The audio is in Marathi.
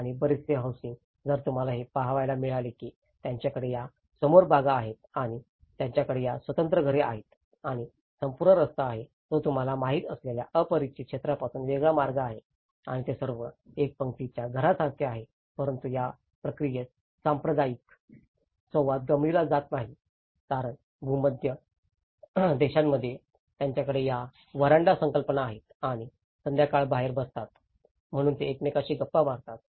आणि बरेचसे हौसिंग जर तुम्हाला हे पहायला मिळाले की त्यांच्याकडे या समोर बाग आहेत आणि त्यांच्याकडे या स्वतंत्र घरे आहेत आणि संपूर्ण रस्ता आहे तो तुम्हाला माहित असलेल्या अतिपरिचित क्षेत्रापासून वेगळा मार्ग आहे आणि ते सर्व एक पंक्तीच्या घरासारखे आहेत परंतु या प्रक्रियेत सांप्रदायिक संवाद गमावला जात नाही कारण भूमध्य देशांमध्ये त्यांच्याकडे या व्हरांडा संकल्पना आहेत आणि संध्याकाळ बाहेर बसतात म्हणून ते एकमेकांशी गप्पा मारतात